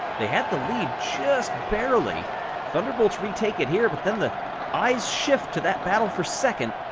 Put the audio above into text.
they had the lead just barely thunderbolts retake it here, but then the eyes shift to that battle for second.